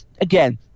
again